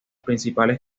principales